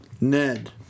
Ned